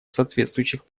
соответствующих